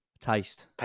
Taste